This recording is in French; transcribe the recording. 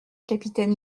capitaine